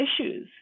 issues